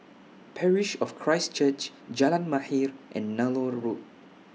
Parish of Christ Church Jalan Mahir and Nallur Road